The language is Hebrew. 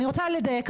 אני רוצה לדייק.